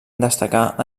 destacà